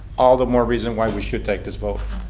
all the more reason why we should take this vote.